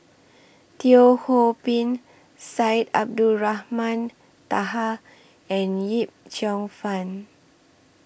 Teo Ho Pin Syed Abdulrahman Taha and Yip Cheong Fun